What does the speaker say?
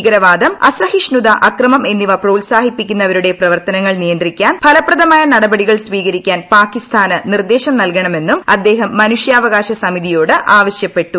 ഭീകരവാദം അസഹിഷ്ണുത അക്രമം എന്നിവ പ്രോത്സാഹിപ്പിക്കുന്നവരുടെ പ്രവർത്തനങ്ങൾ നിയന്ത്രിക്കാൻ ഫലപ്രദമായ നടപടികൾ സ്വീകരിക്കാൻ പാകിസ്ഥാന് നിർദ്ദേശം നൽകണമെന്നും അദ്ദേഹം മനുഷ്യാവകാശ സമിതിയോട് ആവശ്യപ്പെട്ടു